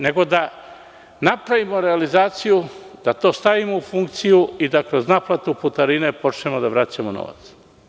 Nego da napravimo realizaciju, da to stavimo u funkciju i da kroz naplatu putarine počnemo da vraćamo novac.